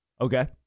Okay